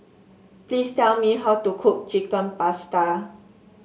please tell me how to cook Chicken Pasta